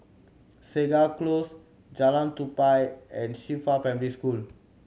Segar Close Jalan Tupai and Qifa Primary School